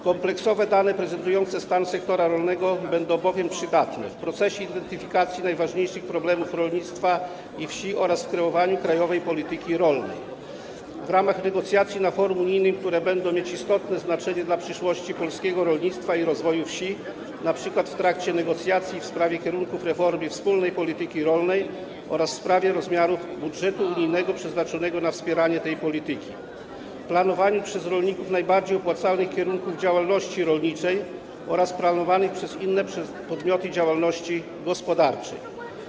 Kompleksowe dane prezentujące stan sektora rolnego będą bowiem przydane w procesie identyfikacji najważniejszych problemów rolnictwa i wsi oraz w kreowaniu krajowej polityki rolnej, w ramach negocjacji na forum unijnym, które będą mieć istotne znaczenie dla przyszłości polskiego rolnictwa i rozwoju wsi, np. w trakcie negocjacji w sprawie kierunków reformy wspólnej polityki rolnej oraz w sprawie rozmiarów budżetu unijnego przeznaczonego na wspieranie tej polityki, planowaniu przez rolników najbardziej opłacalnych kierunków działalności rolniczej oraz planowaniu przez inne podmioty działalności gospodarczej.